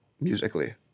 musically